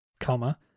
comma